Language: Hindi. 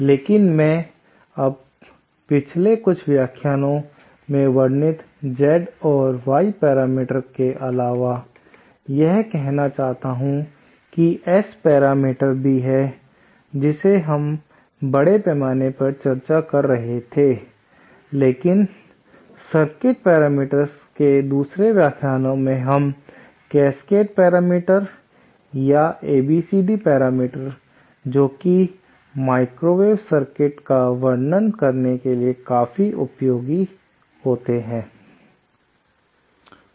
लेकिन मैं अब पिछले कुछ व्याख्यानो में वर्णित Z और Y पैरामीटर्स के अलावा यह कहना चाहता हूं कि S पैरामीटर भी है जिसे हम बड़े पैमाने पर चर्चा कर रहे थे लेकिन सर्किट पैरामीटर्स के दूसरे व्याख्यान में हम कैस्केड पैरामीटर या ABCD पैरामीटर जोकि माइक्रोवेव सर्किट का वर्णन करने के लिए काफी उपयोगी होते हैं